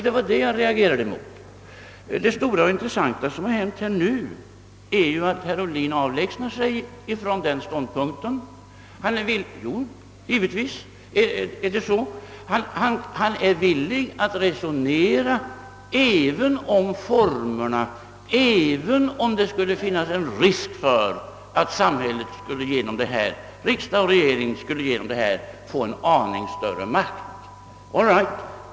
Det var detta jag reagerade mot. Det stora och intressanta som hänt nu är ju att herr Ohlin avlägsnar sig från den ståndpunkten — givetvis är det så. Han är villig att resonera också om formerna, även om det skulle finnas en risk för att samhället, riksdag och regering, skulle få en aning större makt genom fonden.